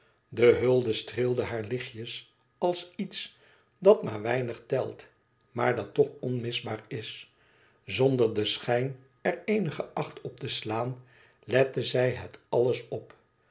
de hulde streelde haar lichtjes als iets dat maar weinig telt maar dat toch onmisbaar is zonder den schijn er eenigen acht op te slaan lette zij het alles op